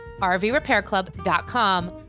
RVRepairClub.com